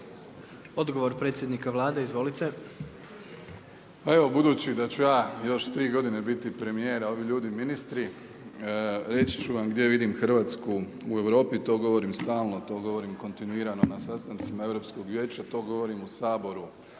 Andrej (HDZ)** Pa evo budući da ću ja još tri godine biti premijer, a ovi ljudi ministri, reći ću vam gdje vidim Hrvatsku u Europi, to govorim stalno, to govorim kontinuirano na sastancima Europskog vijeća, to govorim u Saboru